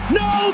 no